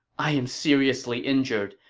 i am seriously injured.